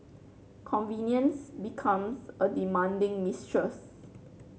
convenience becomes a demanding mistress